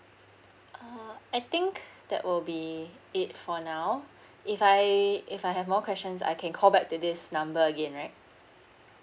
uh I think that will be it for now if I if I have more questions I can call back to this number again right